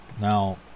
Now